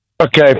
Okay